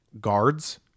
guards